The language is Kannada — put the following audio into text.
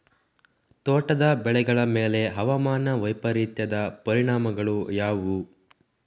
ತೋಟದ ಬೆಳೆಗಳ ಮೇಲೆ ಹವಾಮಾನ ವೈಪರೀತ್ಯದ ಪರಿಣಾಮಗಳು ಯಾವುವು?